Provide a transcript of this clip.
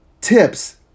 tips